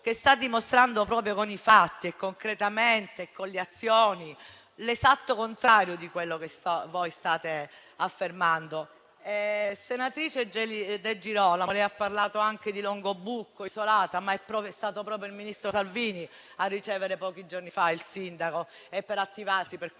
che sta dimostrando con i fatti, concretamente e con le azioni, l'esatto contrario di quello che voi state affermando. Senatrice Di Girolamo, lei ha parlato anche di Longobucco isolata. Ma è stato proprio il ministro Salvini a ricevere pochi giorni fa il sindaco, per attivarsi a